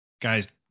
guys